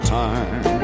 time